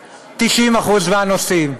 לא, לא, לא ב-95% 90% מהנושאים.